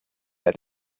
that